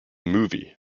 movie